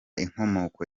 inkomoko